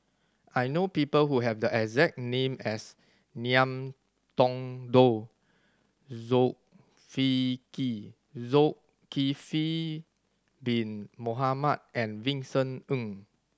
I know people who have the exact name as Ngiam Tong Dow Zulkifli Bin Mohamed and Vincent Ng